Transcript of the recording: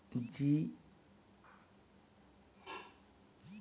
GMO মানে হল বংশানুগতভাবে যে খাবারকে পরিণত করা হয়